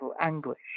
anguish